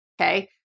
Okay